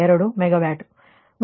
2 megawatt